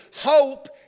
Hope